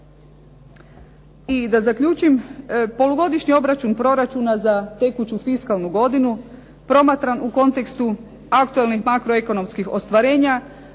I da zaključim, polugodišnji obračun proračuna za tekuću fiskalnu godinu promatran u kontekstu aktualnih makroekonomskih ostvarenja